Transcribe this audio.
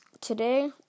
today